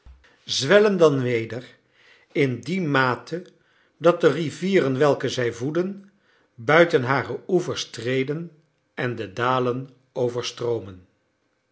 zwellen dan weder in die mate dat de rivieren welke zij voeden buiten hare oevers treden en de dalen overstroomen